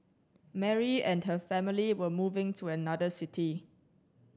Mary and her family were moving to another city